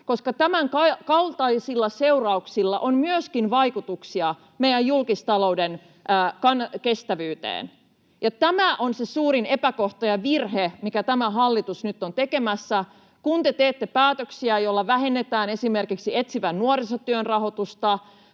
koska tämän kaltaisilla seurauksilla on myöskin vaikutuksia meidän julkistalouden kestävyyteen. Tämä on se suurin epäkohta ja virhe, minkä tämä hallitus nyt on tekemässä, kun te teette päätöksiä, joilla vähennetään esimerkiksi etsivän nuorisotyön rahoitusta,